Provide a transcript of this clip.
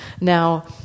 now